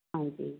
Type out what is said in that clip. ਹਾਂਜੀ